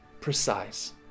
precise